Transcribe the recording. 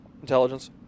Intelligence